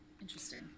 Interesting